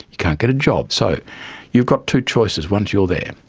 you can't get a job. so you've got two choices once you're there.